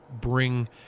bring